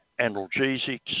analgesics